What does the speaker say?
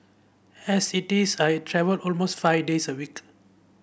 as it is I travel almost five days a week